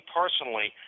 personally